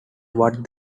what